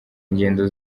ingendo